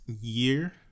year